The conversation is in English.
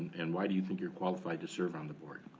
and why do you think you're qualified to serve on the board?